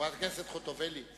חברת הכנסת חוטובלי,